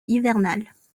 hivernales